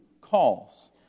calls